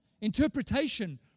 interpretation